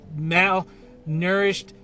malnourished